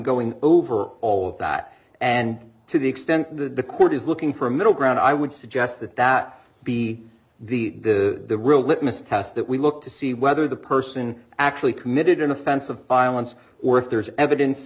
going over all of that and to the extent that the court is looking for a middle ground i would suggest that that be the real litmus test that we look to see whether the person actually committed an offense of violence or if there's evidence